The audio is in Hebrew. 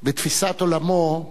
בתפיסת עולמו,